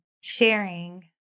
sharing